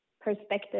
perspective